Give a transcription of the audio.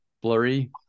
blurry